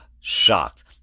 shocked